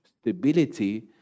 stability